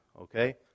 okay